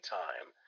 time